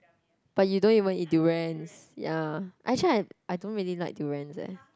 but you don't even eat durians ya actually I I don't really like durians eh